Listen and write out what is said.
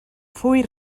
full